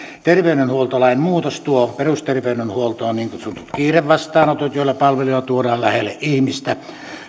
terveydenhuoltolain muutos tuo perusterveydenhuoltoon niin kutsutut kiirevastaanotot joilla palveluja tuodaan lähelle ihmistä